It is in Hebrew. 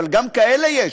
אבל גם כאלה יש,